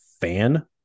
fan